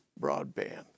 broadband